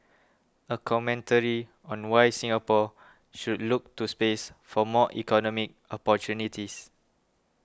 a commentary on why Singapore should look to space for more economic opportunities